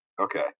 Okay